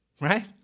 right